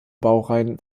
baureihen